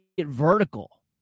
vertical